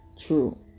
true